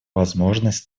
возможность